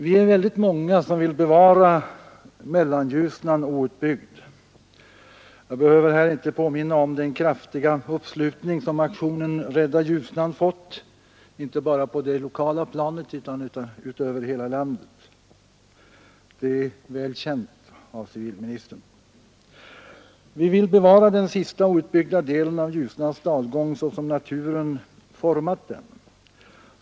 Vi är väldigt många som vill bevara Mellanljusnan outbyggd. Jag behöver här inte påminna om den kraftiga uppslutning som aktionen ”Rädda Ljusnan” fått inte bara på det lokala planet utan över hela landet — det är väl känt av civilministern. Vi vill bevara den si a outbyggda delen av Ljusnans dalgång såsom naturen format den.